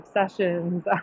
obsessions